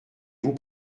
vous